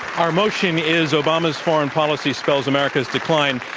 our motion is, obama's foreign policy spells america's decline.